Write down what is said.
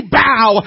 bow